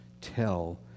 Tell